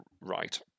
right